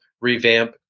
revamp